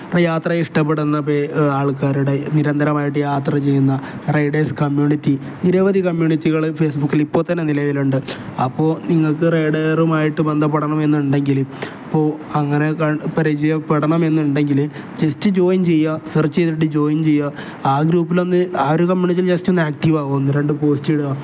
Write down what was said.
അപ്പം യാത്ര ഇഷ്ടപ്പെടുന്ന പേ ആൾക്കാരുടെ നിരന്തരമായിട്ട് യാത്ര ചെയ്യുന്ന റൈഡേഴ്സ് കമ്മ്യൂണിറ്റി നിരവധി കമ്മ്യൂണറ്റികൾ ഫേസ്ബുക്കിൽ ഇപ്പം തന്നെ നിലവിലുണ്ട് അപ്പോൾ നിങ്ങൾക്ക് റൈഡേറുമായിട്ട് ബന്ധപ്പെടണം എന്നുണ്ടെങ്കിലും അപ്പോൾ അങ്ങനെ പരിചയപ്പെടണം എന്നുണ്ടെങ്കിൽ ജെസ്റ്റ് ജോയിൻ ചെയ്യുക സെർച്ച് ചെയ്തിട്ട് ജോയിൻ ചെയ്യുക ആ ഗ്രൂപ്പിലൊന്ന് ആ ഒരു കമ്മ്യൂണിറ്റിൽ ജെസ്റ്റ് ഒന്ന് ആക്റ്റീവ ആകുമോ ഒന്ന് രണ്ട് പോസ്റ്റ് ഇടുക